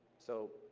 so,